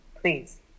please